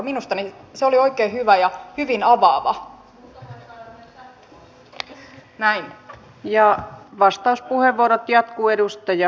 minusta se oli oikein hyvä ja hyvin avaava